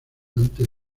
antes